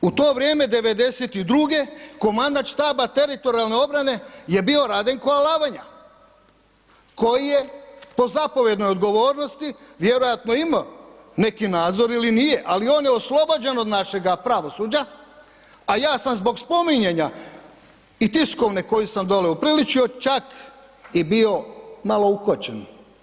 U to vrijeme 92.-e komandant štaba teritorijalne obrane je bio Radenko Alavanja koji je po zapovjednoj odgovornosti vjerojatno imao neki nadzor ili nije, ali on je oslobođen od našega pravosuđa, a ja sam zbog spominjanja i tiskovne koju sam dolje upriličio čak i bio malo ukočen.